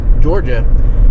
Georgia